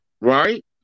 Right